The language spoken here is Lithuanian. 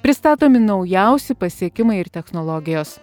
pristatomi naujausi pasiekimai ir technologijos